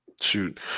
Shoot